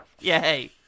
Yay